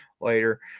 later